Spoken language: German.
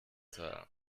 zahlen